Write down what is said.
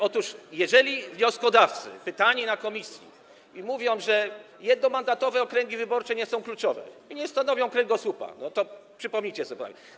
Otóż jeżeli wnioskodawcy pytani w komisji mówią, że jednomandatowe okręgi wyborcze nie są kluczowe i nie stanowią kręgosłupa, przypomnijcie sobie.